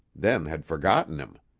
then had forgotten him.